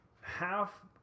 half